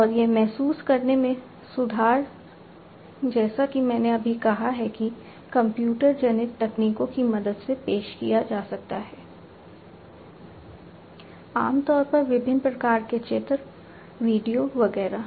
और यह महसूस करने में सुधार जैसा कि मैंने अभी कहा है कि कंप्यूटर जनित तकनीकों की मदद से पेश किया जा सकता है आमतौर पर विभिन्न प्रकार के चित्र वीडियो वगैरह